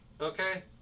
okay